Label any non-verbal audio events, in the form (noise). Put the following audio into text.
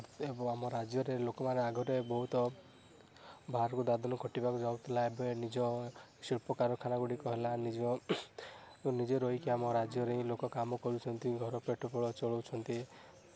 ଏବଂ ଆମ ରାଜ୍ୟରେ ଲୋକମାନେ ଆଗରେ ବହୁତ ବାହାରକୁ ଦାଦନ ଖଟିବାକୁ ଯାଉଥିଲା ଏବେ ନିଜ ଶିଳ୍ପକାରଖାନା ଗୁଡ଼ିକ ହେଲା ନିଜ ଏ ନିଜେ ରହିକି ଆମ ରାଜ୍ୟରେ ହିଁ ଲୋକ କାମ କରୁଛନ୍ତି ଘର ପେଟ (unintelligible) ଚଳଉଛନ୍ତି